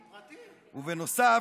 ובנוסף,